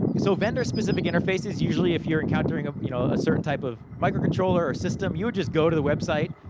so vendor-specific interfaces, usually, if you're encountering a you know certain type of micro controller, or system, you would just go to the website,